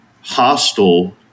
hostile